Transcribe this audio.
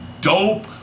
dope